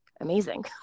amazing